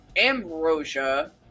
ambrosia